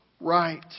right